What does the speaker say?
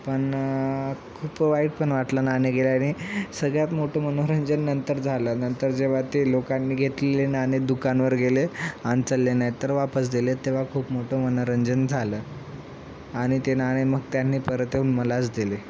पण खूप वाईट प वाटलं नाणे गेलं आणि सगळ्यात मोठं मनोरंजन नंतर झालं नंतर जेव्हा ते लोकांनी घेतलेले नाणे दुकानावर गेले नाही चालले ना त तर वापस दिले तेव्हा खूप मोठ मनोरंजन झालं आणि ते नाणे मग त्यांनी परतून मलाच दिले